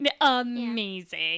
amazing